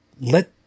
let